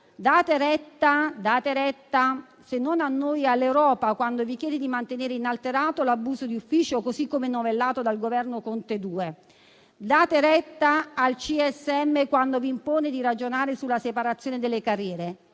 Date retta, se non a noi, all'Europa, quando vi chiede di mantenere inalterato l'abuso d'ufficio, così come novellato dal Governo Conte II. Date retta al CSM, quando vi impone di ragionare sulla separazione delle carriere.